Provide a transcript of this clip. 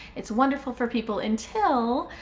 it's wonderful for people until,